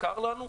יקר לנו,